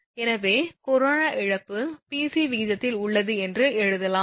எனவே கரோனா இழப்பு Pc விகிதத்தில் உள்ளது என்று எழுதலாம் 2